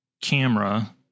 camera